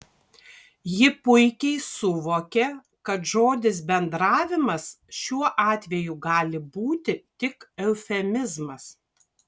ji puikiai suvokė kad žodis bendravimas šiuo atveju gali būti tik eufemizmas